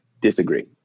disagree